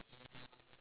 ya